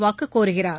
வாக்கு கோருகிறார்